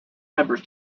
members